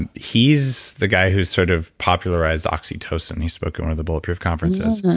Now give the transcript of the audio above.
and he's the guy who's sort of popularized oxytocin. he spoke at one of the bulletproof conferences.